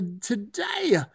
today